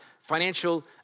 financial